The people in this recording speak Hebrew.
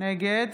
נגד